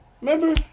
Remember